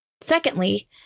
Secondly